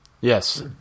Yes